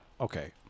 Okay